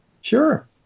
Sure